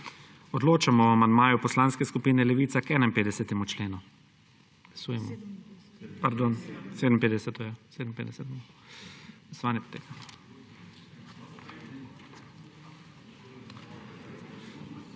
Odločamo o amandmaju Poslanske skupine Levica k 25. členu.